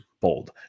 bold